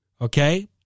Okay